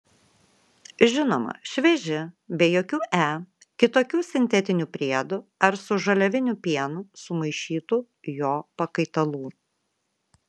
žinoma švieži be jokių e kitokių sintetinių priedų ar su žaliaviniu pienu sumaišytų jo pakaitalų